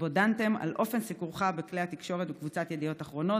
שבו דנתם על אופן סיקורך בכלי התקשורת בקבוצת ידיעות אחרונות